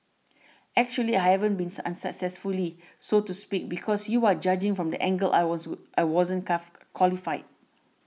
actually I haven't been unsuccessfully so to speak because you are judging from the angle I I wasn't qualified